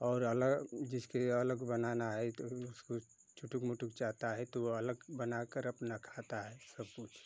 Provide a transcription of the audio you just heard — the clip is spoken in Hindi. और अलग जिसके अलग बनाना है तो उसको छुटुक मुटुक चाहता है तो वो अलग बना कर अपना खाता है सब कुछ